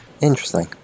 Interesting